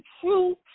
true